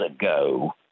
ago